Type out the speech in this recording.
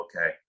okay